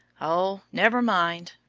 oh, never mind,